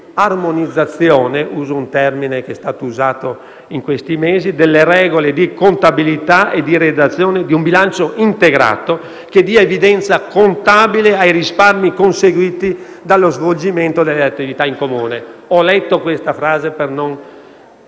di armonizzazione - uso un termine impiegato in questi mesi - delle regole di contabilità e di redazione di un bilancio integrato che dia evidenza contabile ai risparmi conseguiti dallo svolgimento delle attività in comune. Ho letto questa frase per non